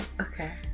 okay